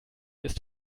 ist